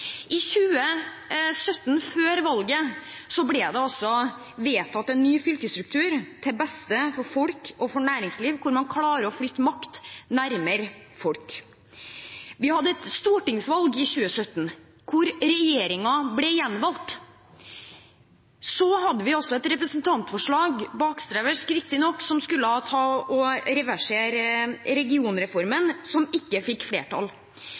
I 2017, før valget, ble det vedtatt en ny fylkesstruktur til beste for folk og for næringsliv, hvor man klarer å flytte makt nærmere folk. Vi hadde et stortingsvalg i 2017 der regjeringen ble gjenvalgt. Så hadde vi et representantforslag – bakstreversk, riktignok – som skulle reversere regionreformen, men som ikke fikk flertall.